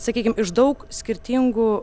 sakykim iš daug skirtingų